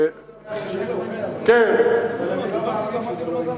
אני לא שמח שזה קורה,